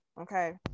Okay